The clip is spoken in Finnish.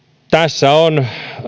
tässä on